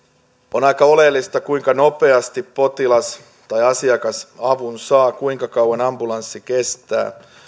on aika oleellista kuinka nopeasti potilas tai asiakas avun saa kuinka kauan ambulanssilla kestää